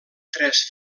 tres